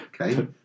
okay